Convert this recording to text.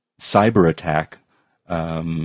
cyber-attack